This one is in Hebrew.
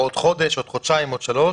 עוד חודש, עוד חודשיים, עוד שלושה,